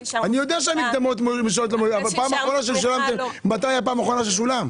אני יודע שהמקדמות משולמות אבל מתי הייתה הפעם האחרונה שהן שולמו?